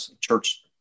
church